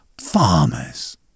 Farmers